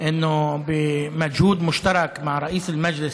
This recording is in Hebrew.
להלן תרגומם: זה הוא מסר חשוב לתושבי ג'ת שראש המועצה,